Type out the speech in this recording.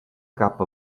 cap